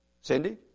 Cindy